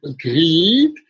greed